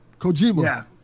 Kojima